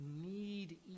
need